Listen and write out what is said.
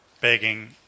begging